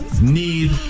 need